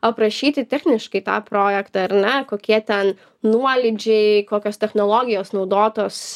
aprašyti techniškai tą projektą ar ne kokie ten nuolydžiai kokios technologijos naudotos